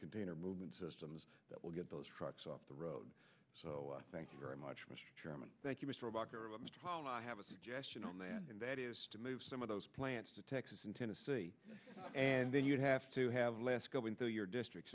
container movement systems that will get those trucks off the road so thank you very much mr chairman thank you mr barker have a suggestion on that and that is to move some of those plants to texas and tennessee and then you'd have to have less going through your district